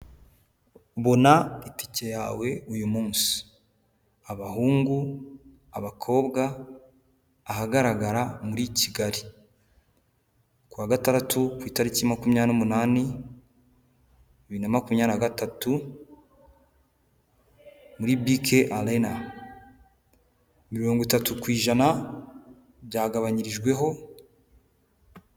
Bona itike yawe uyu munsi abahungu abakobwa ahagaragara muri kigali kuwa 6 ku itariki 28 2023 muri bike arena 30% byagabanyirijweho(..)